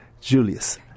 Julius